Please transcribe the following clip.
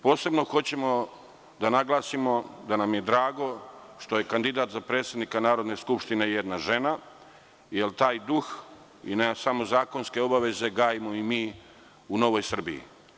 Posebno hoćemo da naglasimo da nam je drago što je kandidat za predsednika Narodne skupštine jedna žena, jer taj duh, ne samo zakonske obaveze, gajimo i mi u Novoj Srbiji.